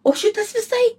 o šitas visai